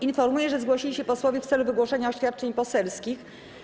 Informuję, że zgłosili się posłowie w celu wygłoszenia oświadczeń poselskich.